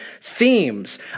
themes